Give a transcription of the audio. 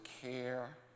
care